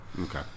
Okay